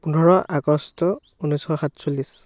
পোন্ধৰ আগষ্ট ঊনৈছশ সাতচল্লিছ